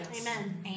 amen